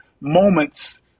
moments